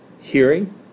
hearing